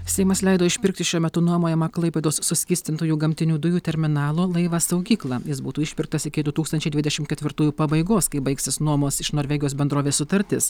seimas leido išpirkti šiuo metu nuomojamą klaipėdos suskystintųjų gamtinių dujų terminalo laivą saugyklą jis būtų išpirktas iki du tūkstančiai dvidešim ketvirtųjų pabaigos kai baigsis nuomos iš norvegijos bendrovės sutartis